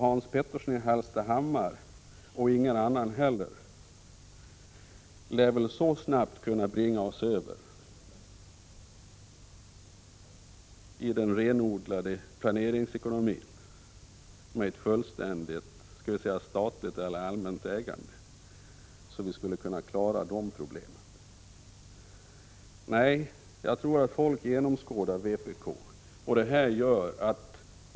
Hans Petersson i Hallstahammar och ingen annan heller lär väl så snabbt kunna bringa oss över i den renodlade planeringsekonomin med ett fullständigt statligt eller skall vi säga allmänt ägande, så att vi skulle klara de problemen. Nej, jag tror att folk genomskådar vpk.